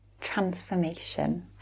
transformation